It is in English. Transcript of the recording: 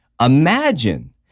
Imagine